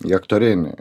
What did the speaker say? į aktorinį